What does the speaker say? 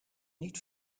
niet